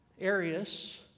Arius